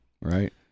right